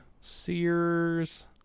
sears